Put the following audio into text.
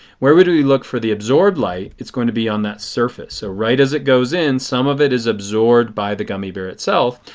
where would we look for the absorbed light? it is going to be on that surface. so right as it goes in some of it is absorbed by the gummy bear itself.